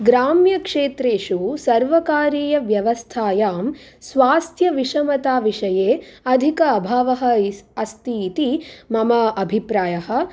ग्राम्यक्षेत्रेषु सर्वकारीयव्यवस्थायां स्वास्थ्यविषमता विषये अधिक अभावः अस्ति इति मम अभिप्रायः